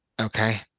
Okay